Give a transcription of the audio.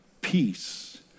peace